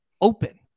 open